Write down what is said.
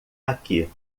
aqui